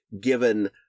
given